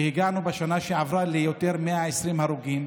הגענו בשנה שעברה ליותר מ-120 הרוגים,